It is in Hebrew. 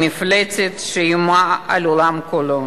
המפלצת שאיימה על העולם כולו